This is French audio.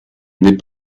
n’est